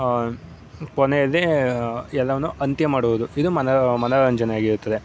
ಕೊನೆಯಲ್ಲಿ ಎಲ್ಲನೂ ಅಂತ್ಯ ಮಾಡೋದು ಇದು ಮನ ಮನೋರಂಜನೆ ಆಗಿರುತ್ತದೆ